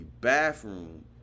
bathroom